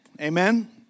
Amen